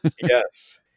Yes